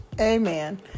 Amen